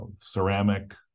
ceramic